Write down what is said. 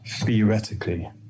theoretically